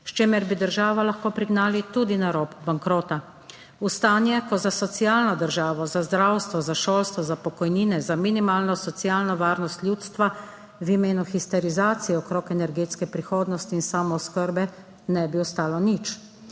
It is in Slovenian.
s čimer bi državo lahko prignali tudi na rob bankrota - v stanje, ko za socialno državo, za zdravstvo, za šolstvo, za pokojnine, za minimalno socialno varnost ljudstva v imenu histerizacije okrog energetske prihodnosti in samooskrbe ne bi ostalo nič.